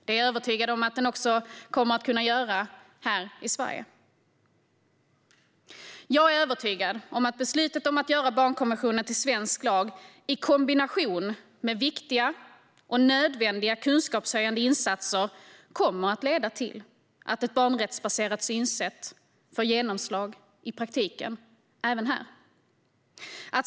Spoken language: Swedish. Jag är övertygad om att den också kommer att kunna användas så även i Sverige. Jag är övertygad om att beslutet om att göra barnkonventionen till svensk lag, i kombination med viktiga och nödvändiga kunskapshöjande insatser, kommer att leda till att ett barnrättsbaserat synsätt får genomslag i praktiken även här.